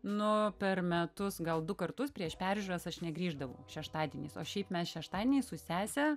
nu per metus gal du kartus prieš peržiūras aš negrįždavau šeštadieniais o šiaip mes šeštadieniais su sese